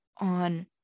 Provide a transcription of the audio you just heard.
on